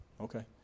Okay